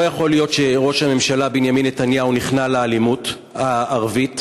לא יכול להיות שראש הממשלה בנימין נתניהו נכנע לאלימות הערבית.